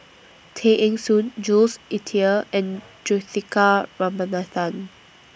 Tay Eng Soon Jules Itier and Juthika Ramanathan